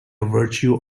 virtue